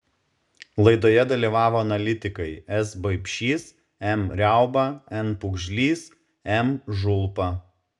laidoje dalyvavo analitikai s baipšys m riauba n pugžlys m žulpa